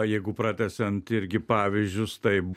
jeigu pratęsiant irgi pavyzdžius taip